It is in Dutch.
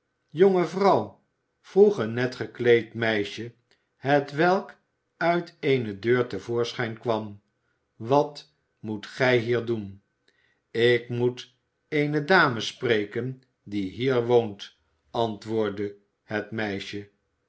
jonge vrouw vroeg een net gekleed meisje hetwelk uit eene deur te voorschijn kwam wat moet gij hier doen ik moet eene dame spreken die hier woont antwoordde het meisje